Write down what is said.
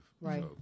Right